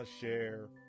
share